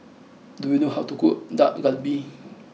do you know how to cook Dak Galbi